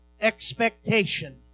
expectation